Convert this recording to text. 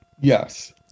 yes